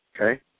Okay